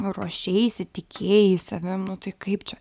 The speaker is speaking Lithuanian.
ruošeisi tikėjai savim nu tai kaip čia